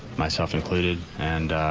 myself included and